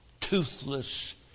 toothless